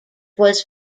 was